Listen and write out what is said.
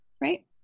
right